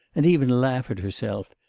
and even laugh at herself,